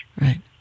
Right